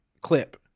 clip